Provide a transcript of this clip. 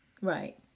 Right